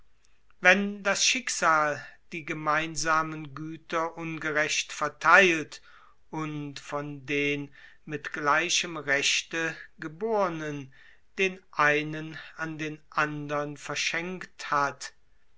wenn das schicksal die gemeinsamen güter ungerecht vertheilt und von den mit gleichem rechte gebornen den einen an den andern verschenkt hat